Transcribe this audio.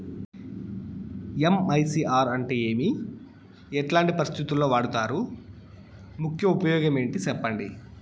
MICR అంటే ఏమి? ఎట్లాంటి పరిస్థితుల్లో వాడుతారు? ముఖ్య ఉపయోగం ఏంటి సెప్పండి?